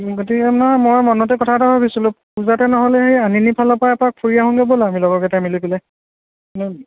গতিকে মই মনতে কথা এটা ভাবিছিলো পূজাতে নহ'লে সেই আনিনী ফালৰ পৰা এপাক ফুৰি আহোগৈ ব'লা আমি লগৰ কেইটাই মিলি পেলাই